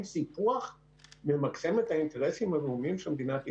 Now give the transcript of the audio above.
סיפוח ממקסם את האינטרסים הלאומיים של מדינת ישראל?